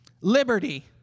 liberty